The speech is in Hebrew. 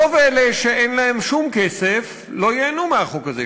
רוב אלה שאין להם שום כסף, לא ייהנו מהחוק הזה.